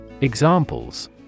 Examples